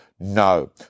No